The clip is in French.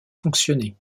fonctionner